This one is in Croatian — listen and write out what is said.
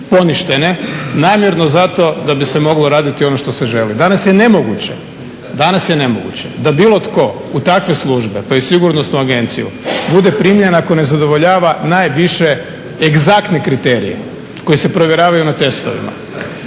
poništene namjerno zato da bi se moglo raditi ono što se želi. Danas je nemoguće, danas je nemoguće da bilo tko u takve službe pa i Sigurnosnu agenciju bude primljen ako ne zadovoljava najviše egzaktne kriterije koji se provjeravaju na testovima.